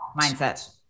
mindset